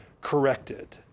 corrected